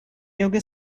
yoga